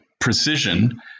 precision